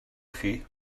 chi